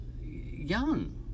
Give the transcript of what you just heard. Young